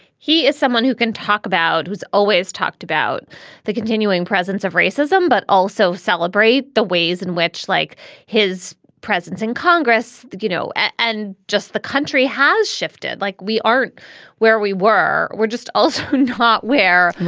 he is someone who can talk about who's always talked about the continuing presence of racism, but also celebrate the ways in which, like his presence in congress, you know, and just the country has shifted like we aren't where we were. we're just also and hot where.